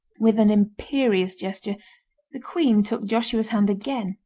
with an imperious gesture the queen took joshua's hand again,